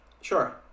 sure